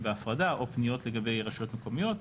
בהפרדה או פניות לגבי רשויות מקומיות,